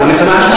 אני שמח.